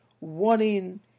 wanting